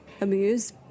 amuse